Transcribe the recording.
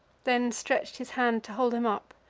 then stretch'd his hand to hold him up,